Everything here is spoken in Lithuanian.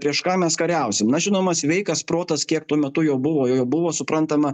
prieš ką mes kariausim na žinoma sveikas protas kiek tuo metu jo buvo o jo buvo suprantama